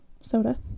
soda